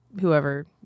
whoever